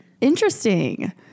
Interesting